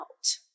out